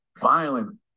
violent